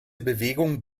bewegung